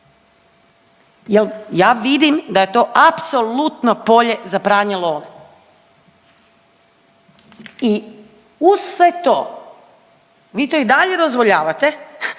ja vidim da je to apsolutno polje za pranje love. I uz sve to vi to i dalje dozvoljavate